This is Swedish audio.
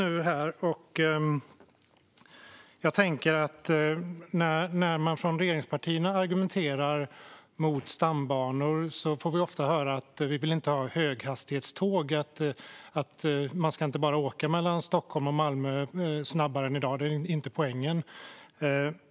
När regeringspartierna argumenterar mot stambanor får vi ofta höra att de inte vill ha höghastighetståg, att man inte bara ska åka mellan Stockholm och Malmö snabbare än i dag. Det är inte poängen.